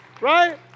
right